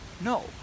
no